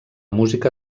música